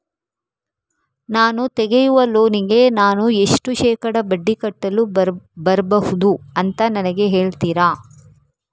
ನಾನು ತೆಗಿಯುವ ಲೋನಿಗೆ ನಾನು ಎಷ್ಟು ಶೇಕಡಾ ಬಡ್ಡಿ ಕಟ್ಟಲು ಬರ್ಬಹುದು ಅಂತ ನನಗೆ ಹೇಳ್ತೀರಾ?